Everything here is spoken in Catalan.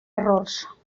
errors